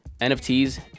NFTs